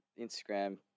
Instagram